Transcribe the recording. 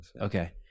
Okay